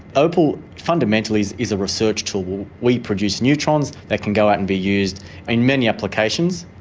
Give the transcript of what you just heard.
opal fundamentally is is a research tool. we produce neutrons that can go out and be used in many applications.